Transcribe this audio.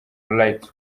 rights